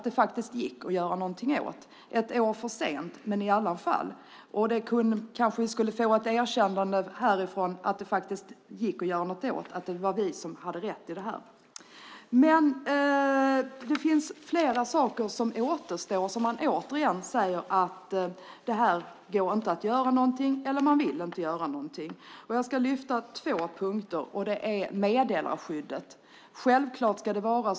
Det gick alltså att göra något åt det - visserligen ett år för sent men i alla fall. Vi borde få ett erkännande. Det gick att göra något åt det; vi hade rätt. Det återstår dock flera saker, och här säger man återigen att man inte kan eller vill göra något. Jag ska lyfta upp två saker. Det ena är meddelarskyddet.